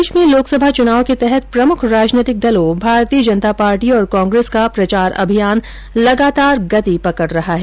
प्रदेश में लोकसभा चुनाव के तहत प्रमुख राजनैतिक दलों भारतीय जनता पार्टी और कांग्रेस का प्रचार अभियान लगातार गति पकड रहा है